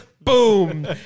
boom